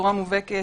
בצורה מובהקת,